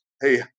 Hey